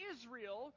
Israel